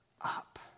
up